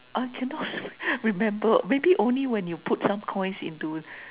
I cannot remember maybe only when you put some coins into